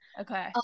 okay